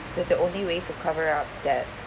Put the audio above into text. so the only way to cover up that